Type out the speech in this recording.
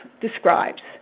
describes